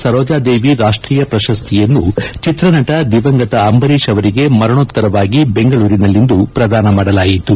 ಸರೋಜದೇವಿ ರಾಷ್ಟೀಯ ಪ್ರಶಸ್ತಿಯನ್ನು ಚಿತ್ರನಟ ದಿವಂಗತ ಅಂಬರೀಶ್ ಅವರಿಗೆ ಮರಷೋತ್ತರವಾಗಿ ಬೆಂಗಳೂರಿನಲ್ಲಿಂದು ಪ್ರದಾನ ಮಾಡಲಾಯಿತು